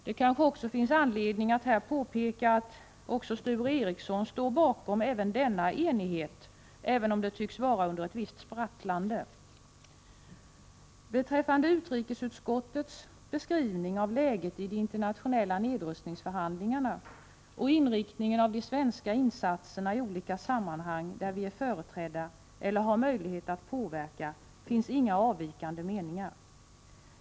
Det finns kanske anledning att påpeka att också Sture Ericson står bakom denna enighet, även om det tycks vara under ett visst sprattlande. Beträffande utrikesutskottets beskrivning av läget i de internationella nedrustningsförhandlingarna och inriktningen av de svenska insatserna i olika sammanhang, där vi är företrädda eller har möjligheter att påverka, finns det inte några avvikande meningar.